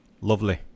Lovely